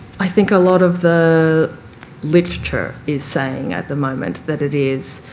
i think a lot of the literature is saying at the moment that it is